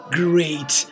great